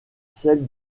celles